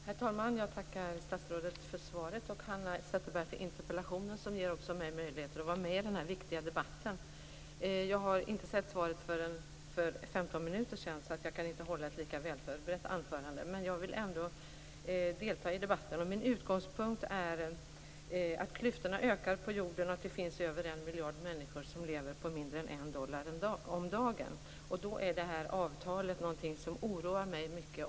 Herr talman! Jag tackar statsrådet för svaret och Hanna Zetterberg för interpellationen som ger också mig möjligheter att vara med i den här viktiga debatten. Jag såg svaret först för 15 minuter sedan, så jag kan inte hålla ett lika välförberett anförande. Men jag vill ändå delta i debatten. Min utgångspunkt är att klyftorna ökar på jorden och att det finns över en miljard människor som lever på mindre än en dollar om dagen. Om man ser på den delen av mänskligheten är det här avtalet någonting som oroar mig mycket.